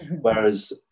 Whereas